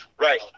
Right